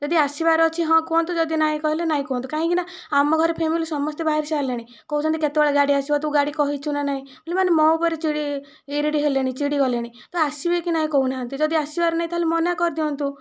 ଯଦି ଆସିବାର ଅଛି ହଁ କୁହନ୍ତୁ ଯଦି ନାଇଁ କହିଲେ ନାଇଁ କୁହନ୍ତୁ କାହିଁକିନା ଆମ ଘର ଫ୍ୟାମିଲି ସମସ୍ତେ ବାହାରି ସାରିଲେଣି କହୁଛନ୍ତି କେତେବେଳେ ଗାଡ଼ି ଆସିବ ତୁ ଗାଡ଼ି କହିଛୁ ନା ନାଇଁ ଏମାନେ ମୋ ଉପରେ ଚିଡ଼ି ଇରିଡ଼ି ହେଲେଣି ଚିଡ଼ି ଗଲେଣି ତ ଆସିବେ କି ନାଇଁ କହୁନାହାନ୍ତି ଯଦି ଆସିବାର ନାହିଁ ତା'ହେଲେ ମନା କରିଦିଅନ୍ତୁ